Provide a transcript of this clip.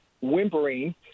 whimpering